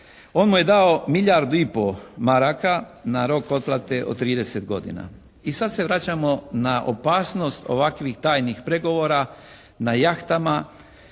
On mu je dao milijardu i po maraka na rok otplate od 30 godina. I sad se vraćamo na opasnost ovakvih tajnih pregovora, na jahtama.